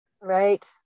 Right